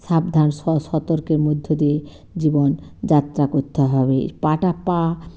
সাবধান স সতর্কের মধ্য দিয়ে জীবন যাত্রা করতে হবে এই পাটা পা